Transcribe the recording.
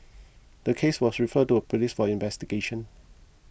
the case was referred to the police for investigation